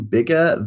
Bigger